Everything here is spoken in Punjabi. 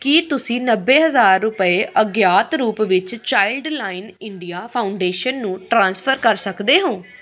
ਕੀ ਤੁਸੀਂਂ ਨੱਬੇ ਹਜ਼ਾਰ ਰੁਪਏ ਅਗਿਆਤ ਰੂਪ ਵਿੱਚ ਚਾਈਲਡ ਲਾਈਨ ਇੰਡੀਆ ਫਾਊਡੇਸ਼ਨ ਨੂੰ ਟ੍ਰਾਂਸਫਰ ਕਰ ਸਕਦੇ ਹੋ